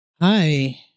Hi